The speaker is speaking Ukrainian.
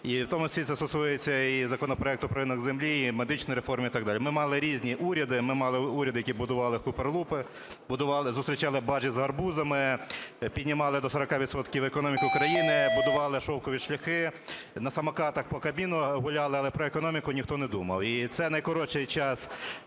І в тому числі це стосується і законопроекту про ринок землі, і медичної реформи і так далі. Ми мали різні уряди, ми мали уряди, які будували "хуперлупи", зустрічали баржі з гарбузами, піднімали до 40 відсотків економіку країни, будували "шовкові шляхи", на самокатах по Кабміну гуляли, але про економіку ніхто не думав. І це найкоротший час